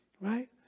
right